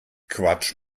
quatsch